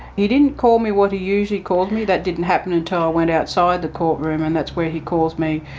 he didn't call me what he usually called me, that didn't happen until i went outside the courtroom and that's where he calls me,